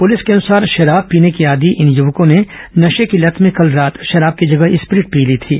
प्रलिस के अनुसार शराब पीने के आदि इन युवकों ने नशे की लत में कल रात शराब की जगह स्प्रिट पी ली थी